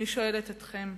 אני שואלת אתכם,